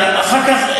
אחר כך,